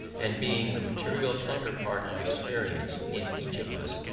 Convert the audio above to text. and being the material counterpart of experience in each of us,